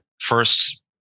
First